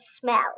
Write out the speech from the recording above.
smell